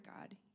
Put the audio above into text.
God